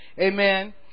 Amen